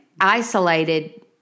isolated